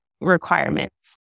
requirements